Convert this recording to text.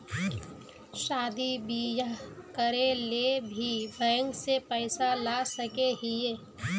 शादी बियाह करे ले भी बैंक से पैसा ला सके हिये?